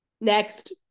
Next